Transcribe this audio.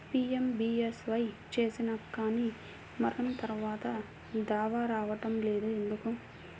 PMBSY చేసినా కానీ మరణం తర్వాత దావా రావటం లేదు ఎందుకు?